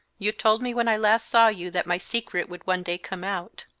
you told me when i last saw you that my secret would one day come out.